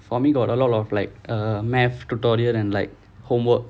for me got a lot of like err mathematics tutorial and like homework